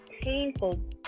painful